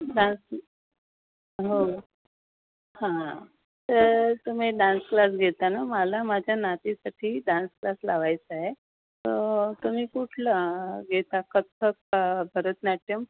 dance हो हां तर तुम्ही डान्स क्लास घेता ना मला माझ्या नातीसाठी डान्स क्लास लावायचा आहे तुम्ही कुठला घेता कथ्थक का भरतनाट्यम